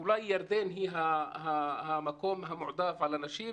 אולי ירדן היא המקום המועדף על אנשים.